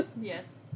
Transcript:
Yes